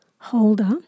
holder